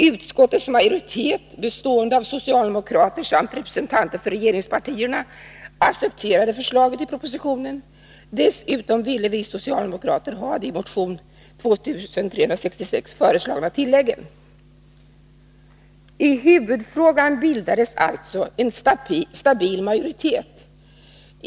Utskottets majoritet, bestående av socialdemokrater samt representanter för regeringspartierna, accepterade förslaget i propositionen. Dessutom ville vi socialdemokrater ha de i motion 2366 föreslagna tilläggen. I huvudfrågan bildades alltså en stabil majoritet.